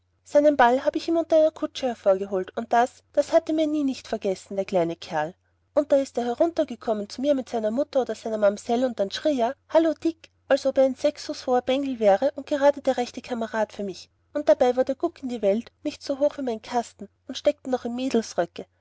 seinen ball habe ich ihm unter einer kutsche vorgeholt und das das hat er mir nie nicht vergessen der kleine kerl und da ist er heruntergekommen zu mir mit seiner mutter oder seiner mamsell und dann schrie er hallo dick als ob er ein sechs fuß hoher bengel wäre und gerade der rechte kamerad für mich und dabei war der guck in die welt nicht so hoch wie mein kasten und steckte noch im